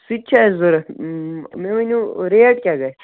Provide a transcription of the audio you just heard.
سُہ تہِ چھِ اَسہِ ضوٚرَتھ مےٚ ؤنِو ریٹ کیٛاہ گژھِ